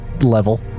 level